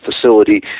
facility